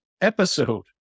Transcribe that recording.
episode